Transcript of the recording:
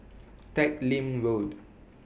Teck Lim Road